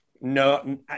no